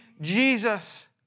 Jesus